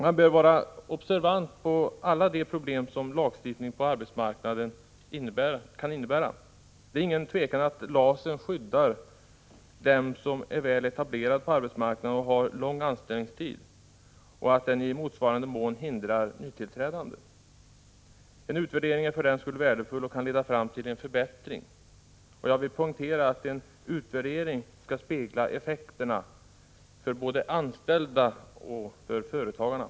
Man bör vara observant på alla de problem som lagstiftningen på arbetsmarknaden kan innebära. Det är inget tvivel om att LAS skyddar dem som är väl etablerade på arbetsmarknaden och har lång anställningstid, medan den i motsvarande mån hindrar nytillträdande. En utvärdering är för den skull värdefull och kan leda fram till en förbättring, och jag vill poängtera att en utvärdering skall spegla effekterna för både anställda och företagare.